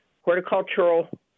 Horticultural